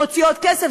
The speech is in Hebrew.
מוציאות כסף.